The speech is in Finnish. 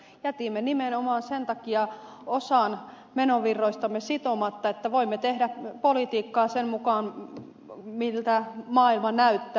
jätimme nimenomaan sen takia osan menovirroistamme sitomatta että voimme tehdä politiikkaa sen mukaan miltä maailma näyttää